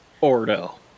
Ordo